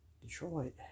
Detroit